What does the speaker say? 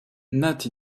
not